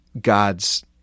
God's